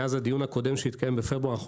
מאז הדיון הקודם שהתקיים בפברואר אנחנו